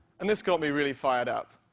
and this got me really fired up,